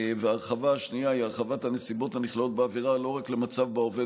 ההרחבה השנייה היא הרחבת הנסיבות הנכללות בעבירה לא רק למצב שבו העובד